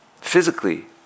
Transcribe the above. Physically